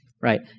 Right